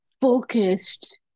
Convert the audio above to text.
focused